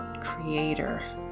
creator